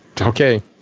okay